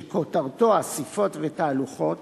שכותרתו "אספות ותהלוכות",